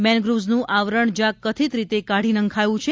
મેનગ્રુવ્ઝનું આવરણ જ્યાં કથિત રીતે કાઢી નંખાયું છે